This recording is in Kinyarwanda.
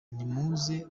nimuze